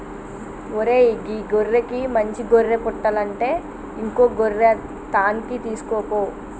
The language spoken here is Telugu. ఓరై గీ గొర్రెకి మంచి గొర్రె పుట్టలంటే ఇంకో గొర్రె తాన్కి తీసుకుపో